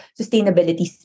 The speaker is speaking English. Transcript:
sustainability